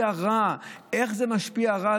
איך זה משפיע לרעה?